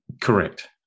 correct